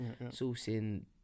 sourcing